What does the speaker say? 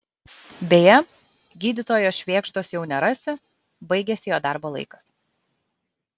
beje gydytojo švėgždos jau nerasi baigėsi jo darbo laikas